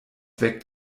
weckt